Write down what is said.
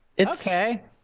Okay